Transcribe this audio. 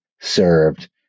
served